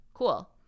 Cool